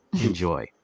Enjoy